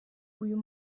uyu